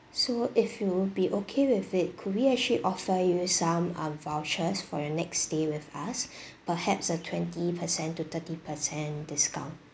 so if you would be okay with it could we actually offer you some um vouchers for your next stay with us perhaps a twenty percent to thirty percent discount